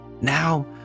now